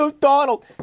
Donald